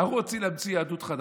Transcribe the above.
אנחנו רוצים להמציא יהדות חדשה,